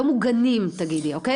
לא מוגנים תגידי אוקיי?